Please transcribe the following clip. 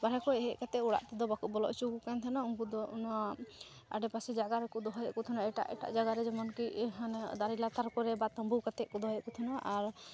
ᱵᱟᱨᱦᱮ ᱠᱷᱚᱱ ᱦᱮᱡ ᱠᱟᱛᱮᱫ ᱚᱲᱟᱜᱛᱮᱫᱚ ᱵᱟᱠᱚ ᱵᱚᱞᱚ ᱚᱪᱚᱣᱟᱠᱚ ᱠᱟᱱ ᱛᱮᱦᱮᱱᱚᱜᱼᱟ ᱩᱱᱠᱩᱫᱚ ᱚᱱᱟ ᱟᱰᱮᱯᱟᱥᱮ ᱡᱟᱭᱜᱟ ᱨᱮᱠᱚ ᱫᱚᱦᱚᱭᱮᱫᱠᱚ ᱛᱮᱦᱮᱱᱟ ᱮᱴᱟᱜ ᱮᱴᱟᱜ ᱡᱟᱭᱜᱟᱨᱮ ᱡᱮᱢᱚᱱᱠᱤ ᱦᱟᱱᱮ ᱫᱟᱨᱮ ᱞᱟᱛᱟᱨ ᱠᱚᱨᱮ ᱵᱟ ᱛᱟᱺᱵᱩ ᱠᱟᱛᱮᱫᱠᱚ ᱫᱚᱦᱚᱭᱮᱫᱠᱚ ᱛᱮᱦᱮᱱᱟ ᱟᱨ